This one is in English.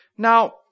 Now